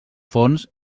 fons